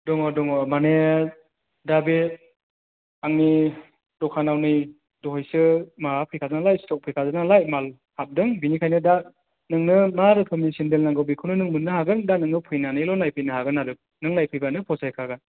दङ दङ माने दा बे आंनि दखानाव नै दहायसो माबा फैखादों नालाय स्ट'क फैखादों नालाय माल हाबदों बेनिखायनो दा नोंनो मा रोखोमनि सेन्देल नांगौ बेखौनो नों मोननो हागोन दा नोङो फैनानैल' नायफैनो हागोन आरो नों नायफैबानो फसायखागोन